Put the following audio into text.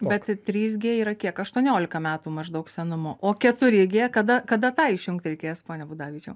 bet trys gie yra kiek aštuoniolika metų maždaug senumo o keturi gie kada kada tą išjungt reikės pone budavičiau